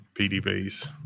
PDBs